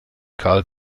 karl